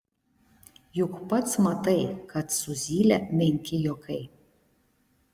juk pats matai kad su zyle menki juokai